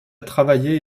travaillé